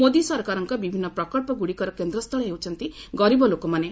ମୋଦି ସରକାରଙ୍କ ବିଭିନ୍ନ ପ୍ରକଳ୍ପଗୁଡ଼ିକର କେନ୍ଦ୍ରସ୍ଥଳ ହେଉଛନ୍ତି ଗରିବ ଲୋକମାନେ